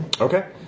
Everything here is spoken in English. Okay